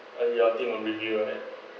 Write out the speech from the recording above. and your team will be doing on that